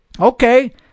Okay